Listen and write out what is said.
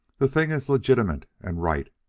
the thing is legitimate and right,